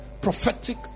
prophetic